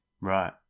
right